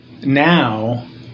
now